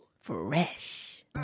Fresh